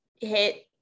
hit